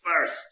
first